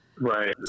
Right